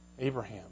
Abraham